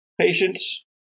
Patience